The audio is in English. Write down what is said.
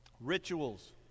rituals